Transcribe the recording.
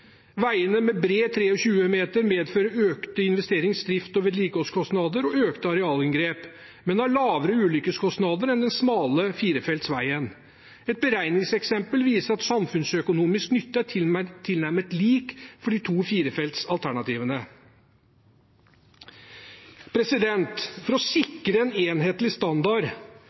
Veiene med bred 23 m medfører økte investerings-, drifts- og vedlikeholdskostnader og økte arealinngrep, men har lavere ulykkeskostnader enn den smale firefeltsveien. Et beregningseksempel viser at den samfunnsøkonomiske nytten er tilnærmet lik for de to firefeltsalternativene. For å sikre en enhetlig standard